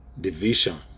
division